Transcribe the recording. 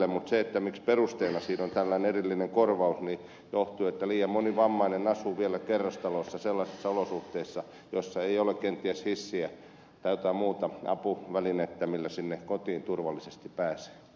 mutta se miksi perusteena siinä on tällainen erillinen korvaus johtuu siitä että liian moni vammainen asuu vielä kerrostalossa sellaisissa olosuhteissa joissa ei kenties ole hissiä tai jotain muuta apuvälinettä millä kotiin turvallisesti pääsee